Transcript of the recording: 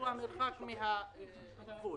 שהוא המרחק מהגבול.